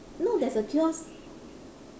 no there's a kiosk